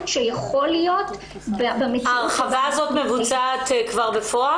שיכול להיות- -- ההרחבה הזאת מבוצעת כבר בפועל?